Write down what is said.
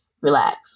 relax